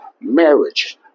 marriage